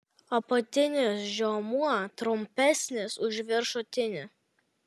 apatinis žiomuo trumpesnis už viršutinį